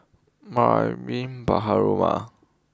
Mariam Baharom